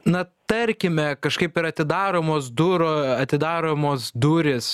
na tarkime kažkaip ir atidaromos durų atidaromos durys